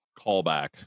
callback